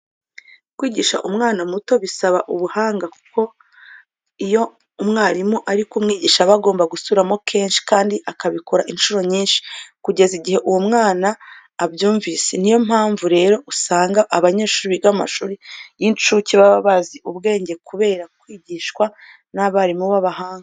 Kwigisha umwana muto bisaba ubuhanga kuko iyo umwarimu ari kumwigisha aba agomba gusubiramo kenshi kandi akabikora incuro nyinshi kugeza igihe uwo mwana abyumvise. Ni yo mpamvu rero usanga abanyeshuri biga mu mashuri y'incuke baba bazi ubwenge kubera kwigishwa n'abarimu b'abahanga.